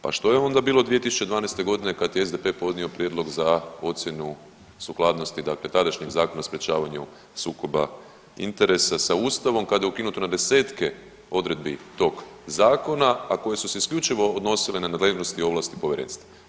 Pa što je onda bilo 2012. godine kad je SDP podnio prijedlog za ocjenu sukladnosti dakle tadašnjeg Zakona o sprječavanju sukoba interesa sa Ustavom kada je ukinuto na 10-tke odredbi tog zakona, a koje su se isključivo odnosile na nadležnosti i ovlasti povjerenstva.